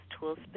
tools